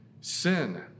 sin